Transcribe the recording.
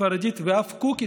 ספרדית ואף קוקית,